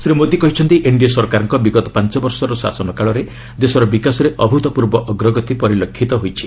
ଶ୍ରୀ ମୋଦି କହିଛନ୍ତି ଏନ୍ଡିଏ ସରକାରଙ୍କ ବିଗତ ପାଞ୍ଚ ବର୍ଷର ଶାସନ କାଳରେ ଦେଶର ବିକାଶରେ ଅଭୁତପୂର୍ବ ଅଗ୍ରଗତି ପରିଲକ୍ଷିତ ହୋଇଛି